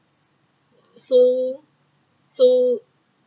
so so